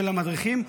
של המדריכים,